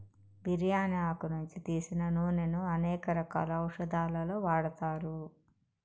బిర్యాని ఆకు నుంచి తీసిన నూనెను అనేక రకాల ఔషదాలలో వాడతారు